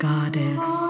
Goddess